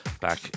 back